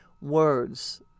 words